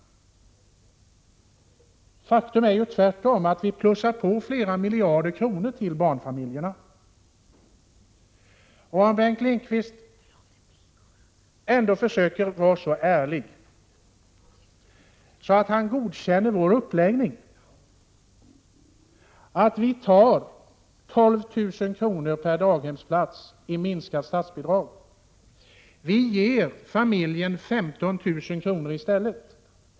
Faktum är att vi tvärtom ger flera miljarder ytterligare till barnfamiljerna. Bengt Lindqvist kunde försöka vara så ärlig att han godkänner vår uppläggning av förslaget. Vi tar 12 000 kr. per daghemsplats i minskat statsbidrag. Vi ger varje familj 15 000 kr. i stället.